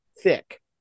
thick